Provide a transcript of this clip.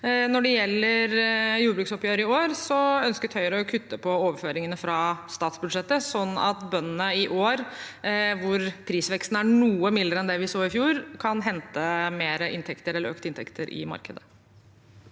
Når det gjelder jordbruksoppgjøret i år, ønsket Høyre å kutte i overføringene fra statsbudsjettet, sånn at bøndene i år, hvor prisveksten er noe mildere enn det vi så i fjor, kan hente økte inntekter i markedet.